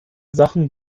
sachen